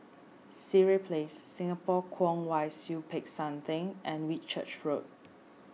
Sireh Place Singapore Kwong Wai Siew Peck San theng and Whitchurch Road